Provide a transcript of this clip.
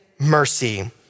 Mercy